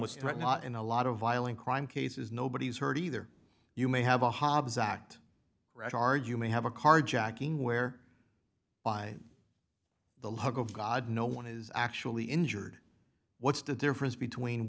right not in a lot of violent crime cases nobody is hurt either you may have a hobbs act right argue may have a carjacking where by the luck of god no one is actually injured what's the difference between